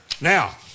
Now